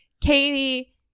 katie